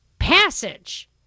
passage